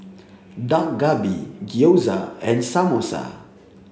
Dak Galbi Gyoza and Samosa